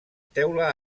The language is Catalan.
teula